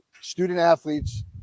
student-athletes